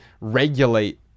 regulate